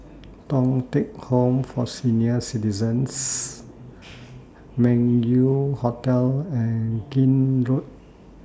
Thong Teck Home For Senior Citizens Meng Yew Hotel and Keene Road